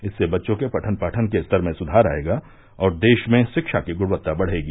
इससे बच्चों के पठन पाठन के स्तर में सुधार आएगा और देश में शिक्षा की गुणवत्ता बढ़ेगी